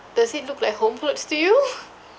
does it look like home clothes to you